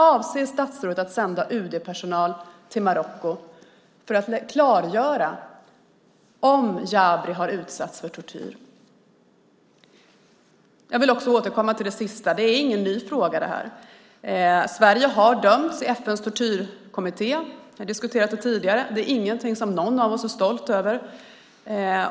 Avser statsrådet att sända UD-personal till Marocko för att klargöra om Jabri har utsatts för tortyr? Jag vill också återkomma till att det här inte är en ny fråga. Sverige har dömts i FN:s tortyrkommitté, och det har vi diskuterat tidigare. Det är ingenting som någon av oss är stolt över.